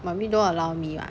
mummy don't allow me [what]